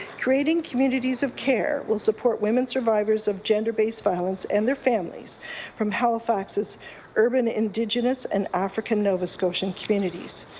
creating communities of care will support women survivors of gender-based violence and their families from halifax's urban indigenous and african nova scotian communities.